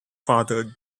father